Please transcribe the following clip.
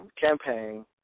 campaign